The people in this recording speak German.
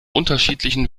unterschiedlichen